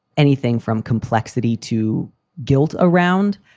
anything from complexity to guilt around,